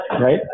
right